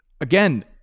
again